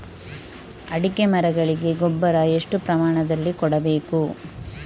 ಅಡಿಕೆ ಮರಗಳಿಗೆ ಗೊಬ್ಬರ ಎಷ್ಟು ಪ್ರಮಾಣದಲ್ಲಿ ಕೊಡಬೇಕು?